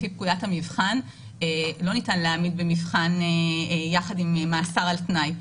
לפי פקודת המבחן לא ניתן להעמיד במבחן יחד עם מאסר על תנאי.